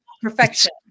perfection